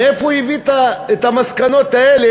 מאיפה הוא הביא את המסקנות האלה,